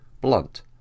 blunt